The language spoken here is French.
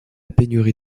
pénurie